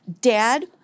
Dad